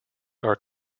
are